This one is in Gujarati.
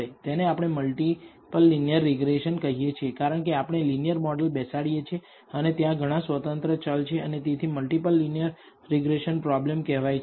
તેને આપણે મલ્ટીપલ લીનીયર રીગ્રેસન કહીએ છીએ કારણકે આપણે લીનીયર મોડલ બેસાડીએ છીએ અને ત્યાં ઘણા સ્વતંત્ર ચલ છે અને તેથી મલ્ટીપલ લીનીયર રીગ્રેસન પ્રોબ્લેમ કહેવાય છે